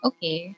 Okay